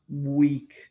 week